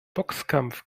boxkampf